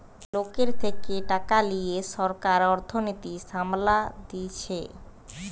লোকের থেকে টাকা লিয়ে সরকার অর্থনীতি সামলাতিছে